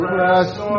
rest